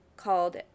called